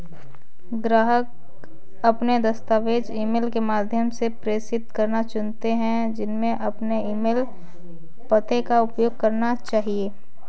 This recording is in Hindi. ग्राहक अपने दस्तावेज़ ईमेल के माध्यम से प्रेषित करना चुनते है, उन्हें अपने ईमेल पते का उपयोग करना चाहिए